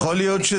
נכון, נכון.